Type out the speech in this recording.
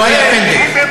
לא היה פנדל.